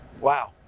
wow